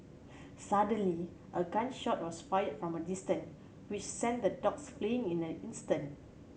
suddenly a gun shot was fired from a distant which sent the dogs fleeing in the instant